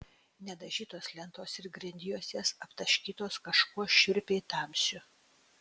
nedažytos lentos ir grindjuostės aptaškytos kažkuo šiurpiai tamsiu